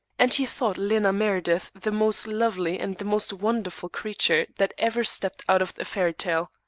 and he thought lena meredith the most lovely and the most wonderful creature that ever stepped out of a fairy tale.